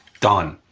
done.